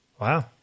Wow